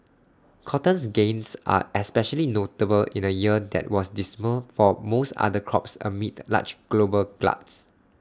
cotton's gains are especially notable in A year that was dismal for most other crops amid large global gluts